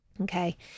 Okay